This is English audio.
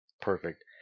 perfect